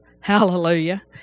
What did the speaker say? Hallelujah